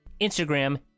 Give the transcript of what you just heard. Instagram